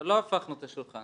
לא הפכנו את השולחן.